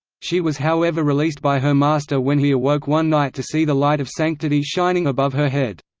she was however released by her master when he awoke one night to see the light of sanctity shining above her head.